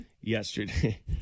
yesterday